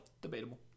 Debatable